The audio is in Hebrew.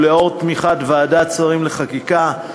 ולאור תמיכת ועדת שרים לחקיקה,